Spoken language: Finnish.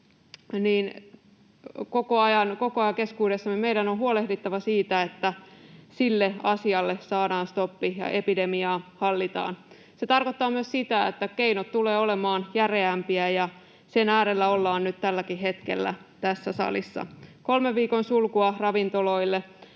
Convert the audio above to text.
koko ajan keskuudessamme, meidän on huolehdittava siitä, että sille asialle saadaan stoppi ja epidemiaa hallitaan. Se tarkoittaa myös sitä, että keinot tulevat olemaan järeämpiä, ja sen äärellä ollaan tälläkin hetkellä tässä salissa: kolmen viikon sulku ravintoloille,